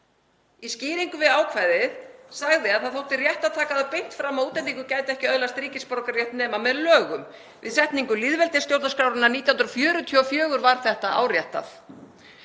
Í skýringum við ákvæðið sagði að það þótti rétt að taka það beint fram að útlendingur gæti ekki öðlast ríkisborgararétt nema með lögum. Við setningu lýðveldisstjórnarskrárinnar 1944 var þetta áréttað.